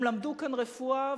הם למדו כאן רפואה,